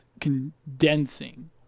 condensing